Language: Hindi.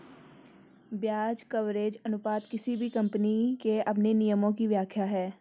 ब्याज कवरेज अनुपात किसी भी कम्पनी के अपने नियमों की व्याख्या है